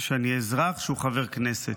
שאני אזרח שהוא חבר הכנסת.